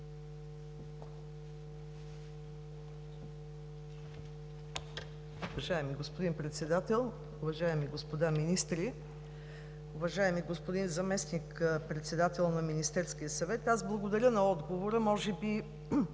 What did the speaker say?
Уважаеми господин Председател, уважаеми господа министри, уважаеми господин Заместник-председател на Министерския съвет! Благодаря за отговора Ви. Може би